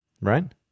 Right